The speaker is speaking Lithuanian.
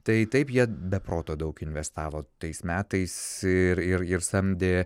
tai taip jie be proto daug investavo tais metais ir ir samdė